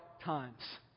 times